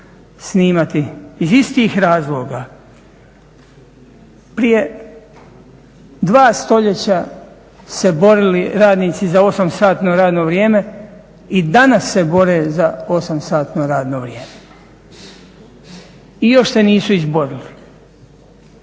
snimati iz istih razloga. Prije dva stoljeća se borili radnici za osam satno radno vrijeme i danas se bore za osam satno radno vrijeme i još se nisu izborili.